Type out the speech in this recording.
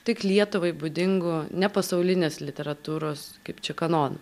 tik lietuvai būdingų ne pasaulinės literatūros kaip čia kanonų